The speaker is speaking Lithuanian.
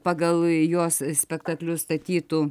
pagal jos spektaklius statytų